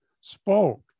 spoke